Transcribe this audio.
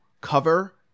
cover